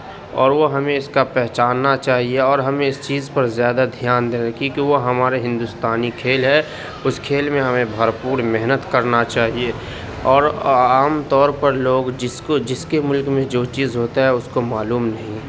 اور وہ ہمیں اس کا پہچاننا چاہیے اور ہمیں اس چیز پر زیادہ دھیان دینا کیونکہ وہ ہمارے ہندوستانی کھیل ہے اس کھیل میں ہمیں بھرپور محنت کرنا چاہیے اور عام طور پر لوگ جس کو جس کے ملک میں جو چیز ہوتا ہے اس کو معلوم نہیں